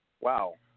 Wow